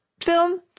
film